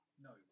No